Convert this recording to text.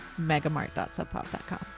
megamart.subpop.com